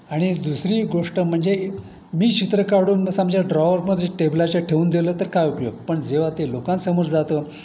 आणि दुसरी गोष्ट म्हणजे मी चित्र काढून असं आमच्या ड्रॉवरमध्ये टेबलाच्या ठेवून दिलं तर काय उपयोग पण जेव्हा ते लोकांसमोर जातं